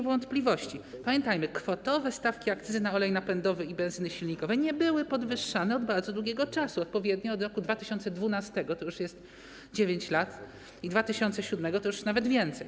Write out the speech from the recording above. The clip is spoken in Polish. wątpliwości, pamiętajmy: kwotowe stawki akcyzy na olej napędowy i benzyny silnikowe nie były podwyższane od bardzo długiego czasu, odpowiednio od roku 2012 - to już jest 9 lat - i od roku 2007 - to już nawet więcej.